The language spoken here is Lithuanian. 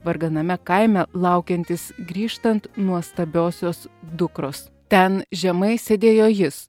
varganame kaime laukiantis grįžtant nuostabiosios dukros ten žemai sėdėjo jis